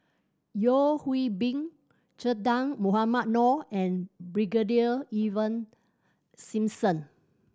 Yeo Hwee Bin Che Dah Mohamed Noor and Brigadier Ivan Simson